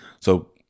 So-